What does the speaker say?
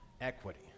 equity